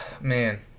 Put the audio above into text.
man